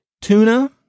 Tuna